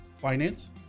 finance